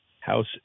House